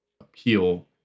appeal